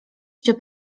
się